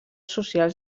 socials